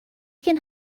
can